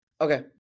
Okay